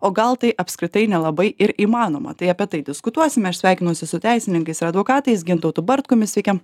o gal tai apskritai nelabai ir įmanoma tai apie tai diskutuosime aš sveikinuosi su teisininkais ir advokatais gintautu bartkumi sveiki